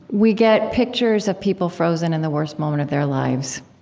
we get pictures of people frozen in the worst moment of their lives.